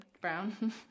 Brown